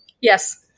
Yes